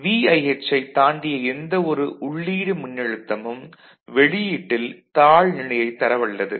ஆக VIH ஐ தாண்டிய எந்தவொரு உள்ளீடு மின்னழுத்தமும் வெளியீட்டில் தாழ் நிலையைத் தரவல்லது